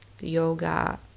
yoga